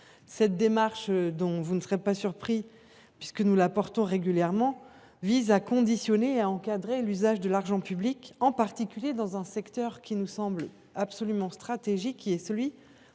Cette démarche – vous n’en serez pas surpris, puisque nous la portons régulièrement – vise à conditionner et à encadrer l’usage de l’argent public, en particulier dans le secteur absolument stratégique qu’est celui